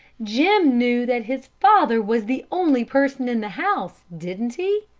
jim knew that his father was the only person in the house, didn't he?